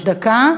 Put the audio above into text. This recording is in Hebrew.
יש דקה,